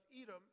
Edom